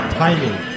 timing